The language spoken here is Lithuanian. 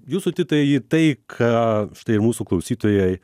jūsų titai į tai ką štai ir mūsų klausytojai